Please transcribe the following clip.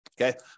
okay